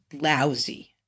lousy